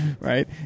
right